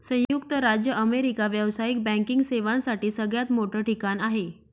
संयुक्त राज्य अमेरिका व्यावसायिक बँकिंग सेवांसाठी सगळ्यात मोठं ठिकाण आहे